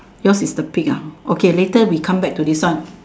yours is the pig ah okay later we come back to this one